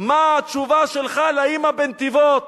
מה התשובה שלך לאמא בנתיבות?